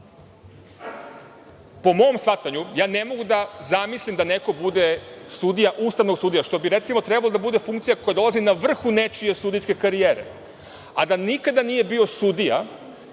mom shvatanju, ja ne mogu da zamislim da neko može da bude sudija Ustavnog suda što bi recimo trebala da bude funkcija koja dolazi na vrhu nečije sudijske karijere, a da nikada nije bio sudija,